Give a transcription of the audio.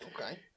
Okay